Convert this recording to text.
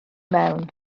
mewn